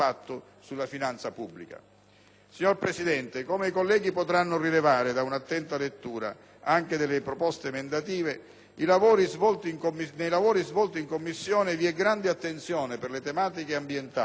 Signor Presidente, come i colleghi potranno rilevare da una attenta lettura anche delle proposte emendative nei lavori svolti in Commissione vi è grande attenzione per le tematiche ambientali,